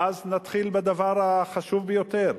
ואז נתחיל בדבר החשוב ביותר: